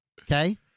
Okay